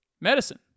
medicine